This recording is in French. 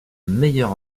meilleur